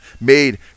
made